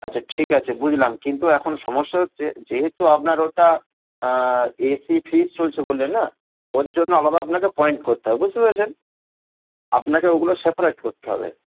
আচ্ছা ঠিক আছে বুঝলাম কিন্তু এখন সমস্যা হচ্ছে যেহেতু আপনার ওটা এসি ফ্রিজ চলছে বললেন না ওর জন্য আলাদা আপনাকে পয়েন্ট করতে হবে বুঝতে পেরেছেন আপনাকে ওগুলো সেপারেট করতে হবে